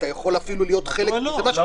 אתה יכול אפילו להיות חלק --- מדוע לא?